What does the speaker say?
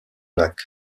lac